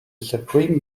supreme